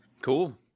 Cool